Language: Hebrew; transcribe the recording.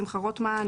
שמחה רוטמן,